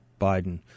Biden